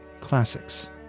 classics